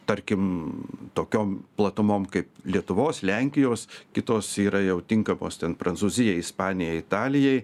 tarkim tokiom platumom kaip lietuvos lenkijos kitos yra jau tinkamos ten prancūzijai ispanijai italijai